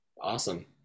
Awesome